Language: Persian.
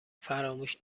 فراموش